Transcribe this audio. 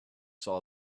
saw